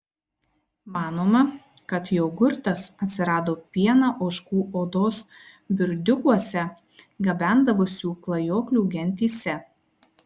manoma kad jogurtas atsirado pieną ožkų odos burdiukuose gabendavusių klajoklių gentyse